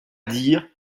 dire